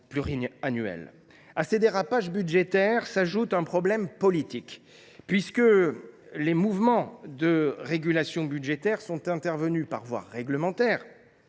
pluriannuels. À ces dérapages budgétaires s’ajoute un problème politique, puisque les mouvements de régulation budgétaire sont intervenus par voie réglementaire.